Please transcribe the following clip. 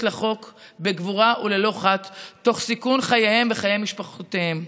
לחוק בגבורה וללא חת תוך סיכון חייהם וחיי משפחותיהם,